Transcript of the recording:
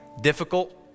Difficult